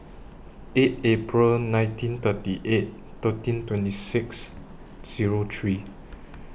eight April nineteen thirty eight thirteen twenty six Zero three